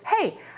hey—